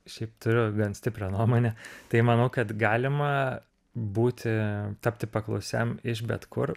šiaip turiu gan stiprią nuomonę tai manau kad galima būti tapti paklausiam iš bet kur